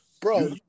Bro